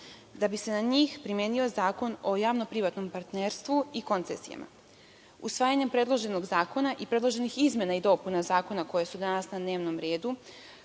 da bi se na njih primenio Zakon o javno-privatnom partnerstvu i koncesijama. Usvajanjem predloženog zakona i predloženih izmena i dopuna zakona, koje su danas na dnevnom redu,